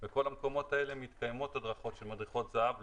בכל המקומות האלה מתקיימות הדרכות של מדריכות זה"ב,